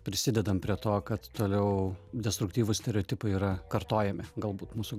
prisidedam prie to kad toliau destruktyvūs stereotipai yra kartojami galbūt mūsų